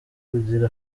kugira